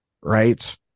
right